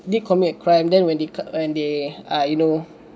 did commit a crime then when they when they are you know